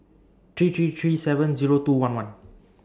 three three three seven Zero two one one